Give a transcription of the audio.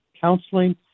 counseling